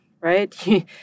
right